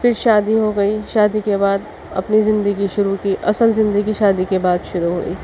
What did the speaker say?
پھر شادی ہو گئی شادی کے بعد اپنی زندگی شروع کی اصل زندگی شادی کے بعد شروع ہوئی